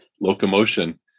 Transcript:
locomotion